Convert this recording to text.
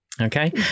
Okay